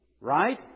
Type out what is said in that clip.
right